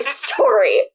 story